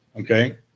Okay